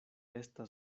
estas